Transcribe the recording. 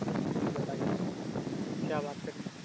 جی جی بتائیے کیا بات کرنی ہے